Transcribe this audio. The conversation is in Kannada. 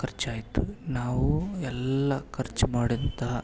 ಖರ್ಚಾಯ್ತು ನಾವು ಎಲ್ಲಾ ಖರ್ಚು ಮಾಡಿದಂತಹ